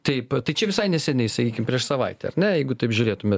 taip tai čia visai neseniai sakykim prieš savaitę ar ne jeigu taip žiūrėtume